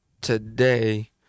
today